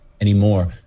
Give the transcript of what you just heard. anymore